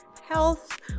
health